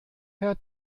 herr